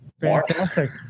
fantastic